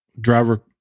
driver